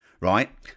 Right